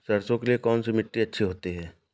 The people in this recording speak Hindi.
सरसो के लिए कौन सी मिट्टी अच्छी होती है?